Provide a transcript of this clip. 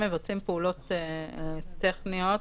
מפעילה חמ"ל,